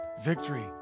Victory